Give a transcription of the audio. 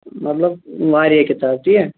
مطلب واریاہ کِتابہٕ تی یا